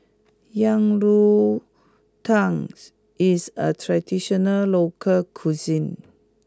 Yang Rou Tang is a traditional local cuisine